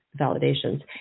validations